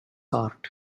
heart